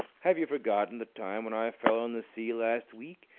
have you forgotten the time when i fell in the sea last week,